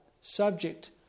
subject